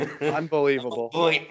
Unbelievable